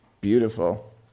Beautiful